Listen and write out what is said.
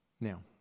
Now